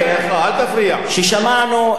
ראאד סלאח.